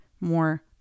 more